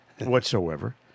whatsoever